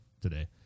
today